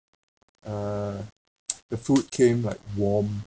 uh the food came like warm